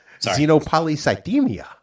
Xenopolycythemia